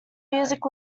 music